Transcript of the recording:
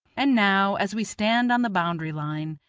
and now, as we stand on the boundary line,